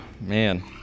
man